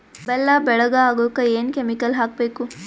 ಬೆಲ್ಲ ಬೆಳಗ ಆಗೋಕ ಏನ್ ಕೆಮಿಕಲ್ ಹಾಕ್ಬೇಕು?